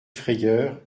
frayeur